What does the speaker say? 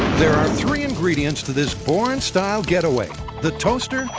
there are three ingredients to this bourne-style getaway the toaster,